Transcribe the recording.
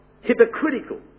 hypocritical